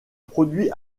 produit